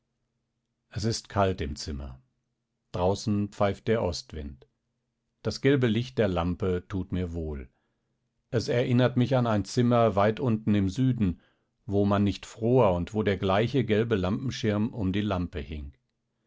es ist kalt im zimmer draußen pfeift der ostwind das gelbe licht der lampe tut mir wohl es erinnert mich an ein zimmer weit unten im süden wo man nicht fror und wo der gleiche gelbe lampenschirm um die lampe hing